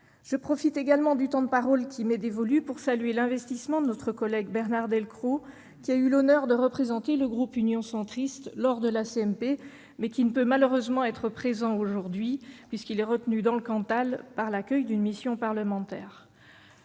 Je profite également du temps de parole qui m'est imparti pour saluer l'investissement de notre collègue Bernard Delcros, qui a eu l'honneur de représenter le groupe Union Centriste lors de la réunion de la commission mixte paritaire, mais qui ne peut malheureusement être présent aujourd'hui, car il est retenu dans le Cantal par l'accueil d'une mission parlementaire.